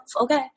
okay